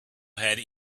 had